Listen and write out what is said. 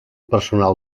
personal